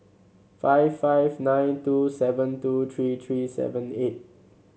five five nine two seven two three three seven eight